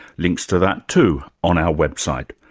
links to that too on our website.